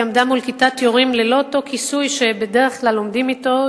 היא עמדה מול כיתת יורים ללא אותו כיסוי שבדרך כלל עומדים אתו.